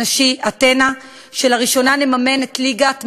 נשי "אתנה" שלראשונה נממן את ליגת "מאמאנט"